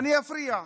אני אפריע.